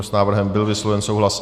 S návrhem byl vysloven souhlas.